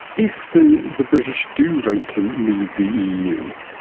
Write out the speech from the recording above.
if the the british do vote to leave the eu,